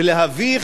ולהביך,